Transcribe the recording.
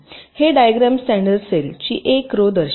हे diagram standard सेलची एक रो दर्शविते